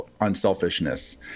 unselfishness